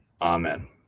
amen